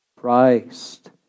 Christ